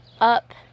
up